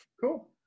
cool